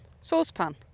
saucepan